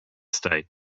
state